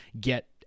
get